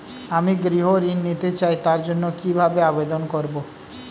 আমি গৃহ ঋণ নিতে চাই তার জন্য কিভাবে আবেদন করব?